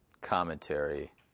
commentary